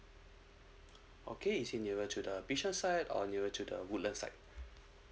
okay is it nearer to the bishan side or nearer to the woodland side